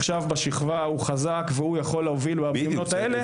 עכשיו בשכבה ויכול להוביל במיומנויות האלה,